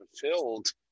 fulfilled